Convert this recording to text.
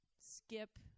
Skip